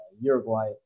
Uruguay